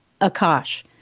Akash